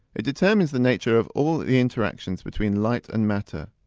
it determines the nature of all the interactions between light and matter,